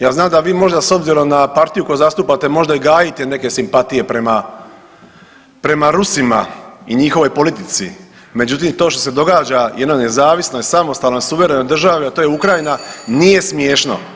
Ja znam da vi možda s obzirom na partiju koju zastupate možda i gajite neke simpatije prema Rusima i njihovoj politici, međutim to što se događa jednoj nezavisnoj, samostalnoj suverenoj državi, a to je Ukrajina nije smiješno.